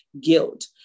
guilt